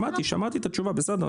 שמעתי, שמעתי את התשובה, בסדר.